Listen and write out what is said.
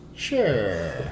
Sure